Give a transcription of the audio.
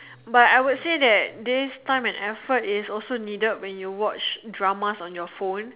but I would say that this time and effort is also needed when you watch dramas on your phone